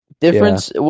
Difference –